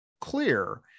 clear